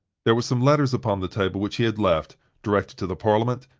there were some letters upon the table which he had left, directed to the parliament,